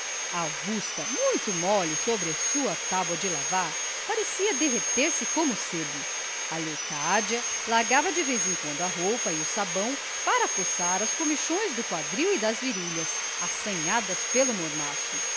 augusta muito mole sobre a sua tábua de lavar parecia derreter se como sebo a leocádia largava de vez em quando a roupa e o sabão para coçar as comichões do quadril e das virilhas assanhadas pelo mormaço